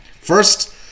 First